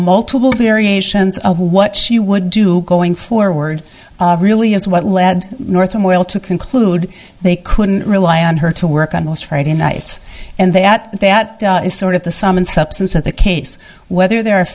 multiple variations of what she would do going forward really is what led north and well to conclude they couldn't rely on her to work on last friday nights and they at that is sort of the sum and substance of the case whether the